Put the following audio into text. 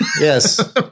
Yes